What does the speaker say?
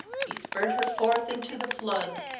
he spurred her forth into the flood,